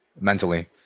mentally